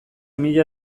mila